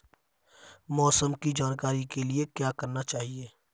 मौसम की जानकारी के लिए क्या करना चाहिए?